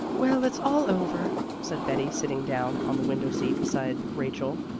well, it's all over, said betty, sitting down on the window seat beside rachel.